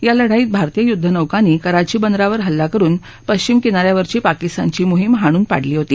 या लढाईत भारतीय युद्धनौकांनी कराची बंदरावर हल्ला करुन पश्चिम किना यावरची पाकिस्तानची मोहिम हाणून पाडली होती